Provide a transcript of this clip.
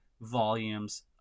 volumes